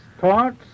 thoughts